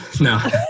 No